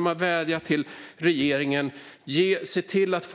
Man har vädjat till regeringen: Se till att